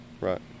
Right